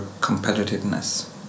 competitiveness